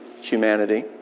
humanity